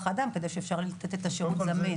האדם כדי שאפשר יהיה לתת את השירות זמין?